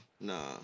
nah